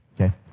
okay